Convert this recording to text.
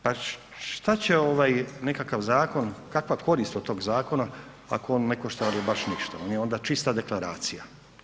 Pa šta će nekakav zakon, kakva korist od tog zakona ako on ne košta ama baš ništa, on je onda čista deklaracija?